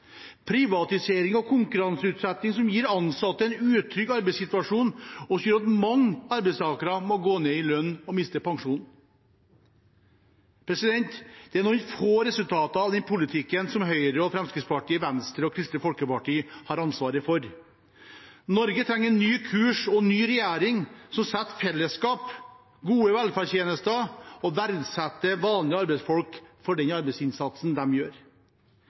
Privatisering og konkurranseutsetting gir ansatte en utrygg arbeidssituasjon og gjør at mange arbeidstakere må gå ned i lønn og mister pensjonen. Dette er noen få resultater av den politikken som Høyre, Fremskrittspartiet, Venstre og Kristelig Folkeparti har ansvaret for. Norge trenger en ny kurs og en ny regjering som setter fellesskap og gode velferdstjenester først, og som verdsetter vanlige arbeidsfolk for den arbeidsinnsatsen de gjør.